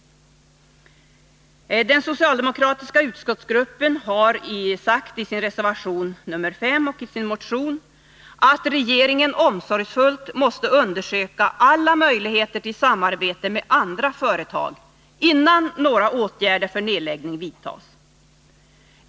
Vi socialdemokrater i utskottet har sagt i reservation nr 5 och i motionen att regeringen omsorgsfullt måste undersöka alla möjligheter till samarbete med andra företag innan några åtgärder för nedläggning vidtas.